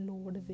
Lord